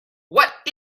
what